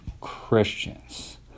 Christians